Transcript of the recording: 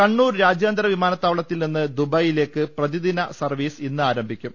കണ്ണൂർ രാജ്യാന്തര വിമാനത്താവളത്തിൽ നിന്ന് ദുബായിയിലേ ക്ക് പ്രതിദിന സർവീസ് ഇന്ന് ആരംഭിക്കും